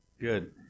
Good